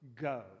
go